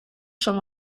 schon